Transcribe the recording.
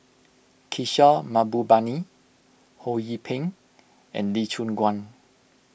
Kishore Mahbubani Ho Yee Ping and Lee Choon Guan